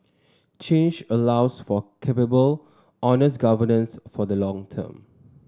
change allows for capable honest governance for the long term